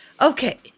Okay